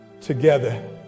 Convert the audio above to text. together